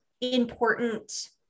important